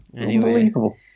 unbelievable